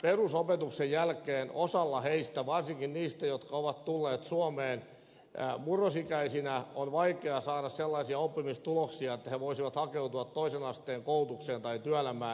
perusopetuksen jälkeen osan heistä varsinkin niistä jotka ovat tulleet suomeen murrosikäisinä on vaikea saada sellaisia oppimistuloksia että he voisivat hakeutua toisen asteen koulutukseen tai työelämään